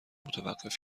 متوقف